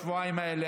בשבועיים האלה,